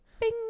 Bing